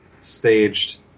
staged